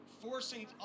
forcing